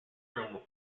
from